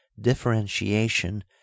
differentiation